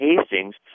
Hastings